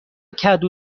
کدو